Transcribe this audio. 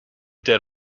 dead